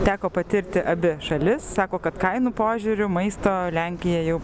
teko patirti abi šalis sako kad kainų požiūriu maisto lenkija jau